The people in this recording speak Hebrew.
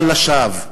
אבל לשווא.